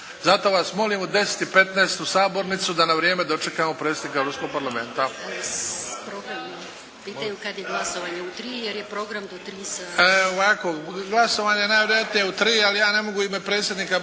Zato vas molim u 10,15 u sabornicu da na vrijeme dočekamo predsjednika Ruskog parlamenta.